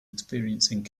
experiencing